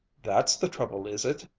that's the trouble, is it?